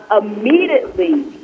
Immediately